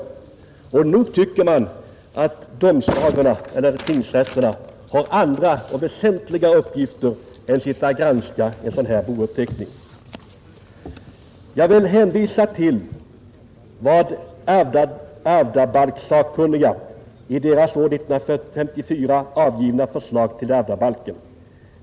Jag skulle kunna ge många exempel på att tingsrätter anmodat dödsbon att inkomma med bouppteckningar efter avlidna medellösa barn. Nog tycker man att tingsrätterna har andra och väsentligare uppgifter än att sitta och granska sådana bouppteckningar. Jag vill hänvisa till vad ärvdabalkssakkunniga uttalat i sitt år 1954 avgivna förslag till ärvdabalk.